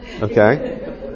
okay